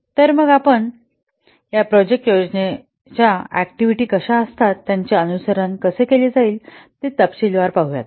तर मग आपण या प्रोजेक्ट योजनेच्या ऍक्टिव्हिटी कशा असतात त्याचे अनुसरण कसे केले जाईल ते तपशीलवार पाहू